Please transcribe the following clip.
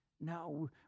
now